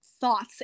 thoughts